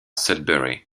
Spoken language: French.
sudbury